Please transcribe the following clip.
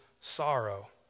sorrow